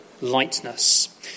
lightness